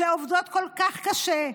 שעובדות כל כך קשה,